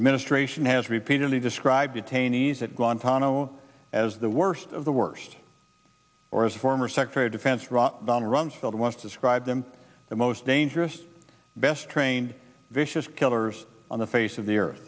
administration has repeatedly described detainees at guantanamo as the worst of the worst or as former secretary of defense robert rumsfeld once described them the most dangerous best trained vicious killers on the face of the ear